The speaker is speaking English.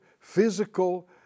physical